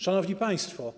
Szanowni Państwo!